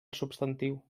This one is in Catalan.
substantiu